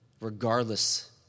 regardless